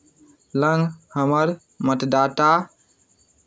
लग हमर मतदाता